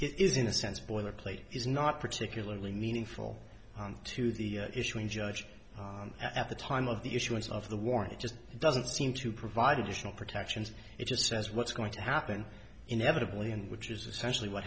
it is in a sense boilerplate is not particularly meaningful to the issue a judge at the time of the issuance of the warning just doesn't seem to provide additional protections it just says what's going to happen inevitably and which is essentially what